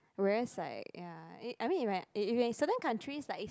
whereas like ya I mean if I in certain countries like is